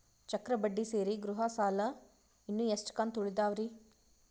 ಚಕ್ರ ಬಡ್ಡಿ ಸೇರಿ ಗೃಹ ಸಾಲ ಇನ್ನು ಎಷ್ಟ ಕಂತ ಉಳಿದಾವರಿ?